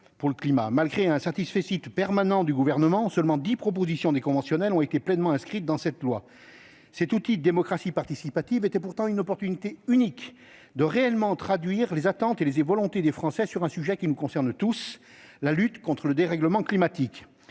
Malgré un satisfecit permanent du Gouvernement, seules dix propositions des conventionnels ont été pleinement inscrites dans ce texte. Cet outil de démocratie participative était pourtant une occasion unique de traduire dans les faits les attentes et la volonté des Français sur un sujet qui nous concerne tous : la lutte contre le dérèglement climatique.